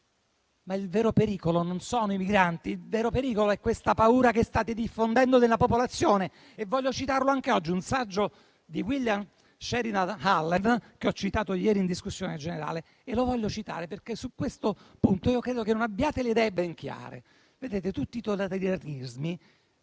Ma il vero pericolo non sono i migranti: il vero pericolo è la paura che state diffondendo nella popolazione. Voglio citare anche oggi un saggio di William Sheridan Allen, che ho citato ieri in discussione generale, e lo voglio fare perché credo che su questo punto non abbiate le idee ben chiare. Tutti i totalitarismi,